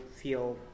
feel